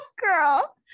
Girl